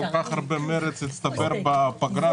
הרבה מרץ הצטבר בפגרה,